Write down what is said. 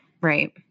right